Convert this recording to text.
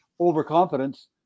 overconfidence